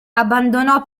abbandonò